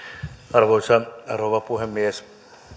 arvoisa rouva puhemies